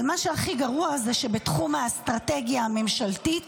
אבל מה שהכי גרוע זה שבתחום האסטרטגיה הממשלתית